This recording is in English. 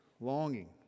longing